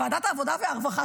ועדת העבודה והרווחה,